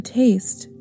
taste